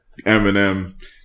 Eminem